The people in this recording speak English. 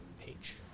page